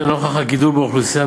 לנוכח הגידול באוכלוסייה,